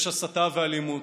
יש הסתה ואלימות.